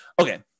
okay